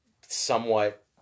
somewhat